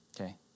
okay